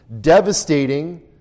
devastating